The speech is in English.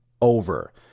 over